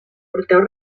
porteu